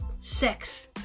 sex